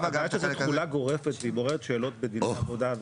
תחולה גורפת היא מעוררת שאלות בדיני עבודה,